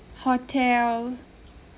hotel